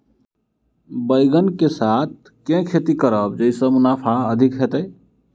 बैंगन कऽ साथ केँ खेती करब जयसँ मुनाफा अधिक हेतइ?